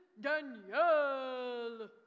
Danielle